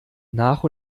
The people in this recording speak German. nach